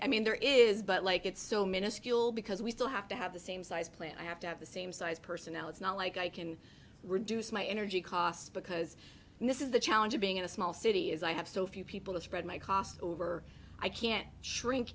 to mean there is but like it's so minuscule because we still have to have the same size plant i have to have the same size personnel it's not like i can reduce my energy costs because this is the challenge of being in a small city as i have so few people to spread my costs over i can't shrink